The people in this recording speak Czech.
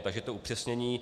Takže je to upřesnění.